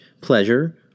pleasure